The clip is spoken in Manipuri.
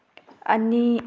ꯑꯅꯤ